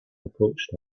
approached